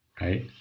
right